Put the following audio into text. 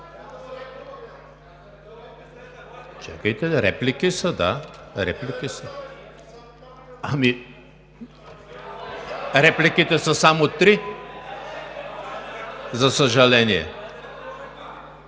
Репликите са само три, за съжаление.